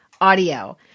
audio